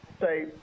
say